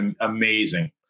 amazing